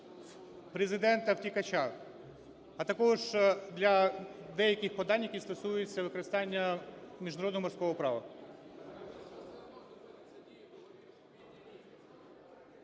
президента-втікача, а також для деяких подань, які стосуються використання міжнародного морського права.